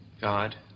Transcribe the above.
God